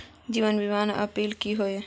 जीवन बीमा पॉलिसी की होय?